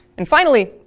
and finally,